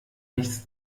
nichts